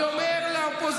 אני אומר לאופוזיציה: